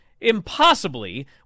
impossibly